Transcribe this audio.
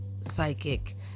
Psychic